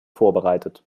vorbereitet